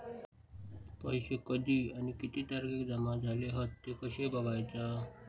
पैसो कधी आणि किती तारखेक जमा झाले हत ते कशे बगायचा?